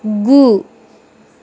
गु